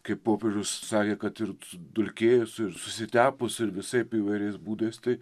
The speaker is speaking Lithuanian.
kaip popiežius sakė kad ir sudulkėjus ir susitepus ir visaip įvairiais būdais tai